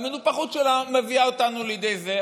והמנופחות שלנו מביאה אותנו לידי זה.